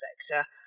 sector